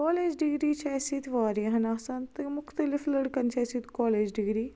college degree چھِ اسہِ یتہِ واریاہن آسان تہٕ مُختلِف لڑکن چھِ أسۍ یتہِ کالیج ڈِگری